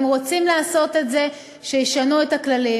אם רוצים לעשות את זה, שישנו את הכללים.